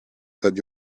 that